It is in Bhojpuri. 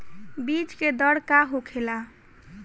बीज के दर का होखेला?